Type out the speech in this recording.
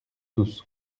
tous